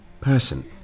Person